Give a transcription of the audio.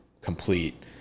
complete